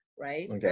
Right